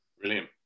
Brilliant